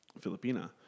Filipina